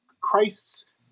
Christ's